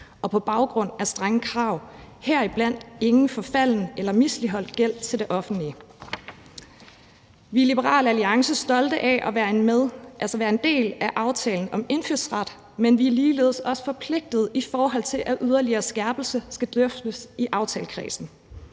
og på baggrund af strenge krav, heriblandt ingen forfalden eller misligholdt gæld til det offentlige. Vi er i Liberal Alliance stolte af at være en del af aftalen om indfødsret, men vi er ligeledes også forpligtet, i forhold til at yderligere skærpelse skal drøftes i aftalekredsen.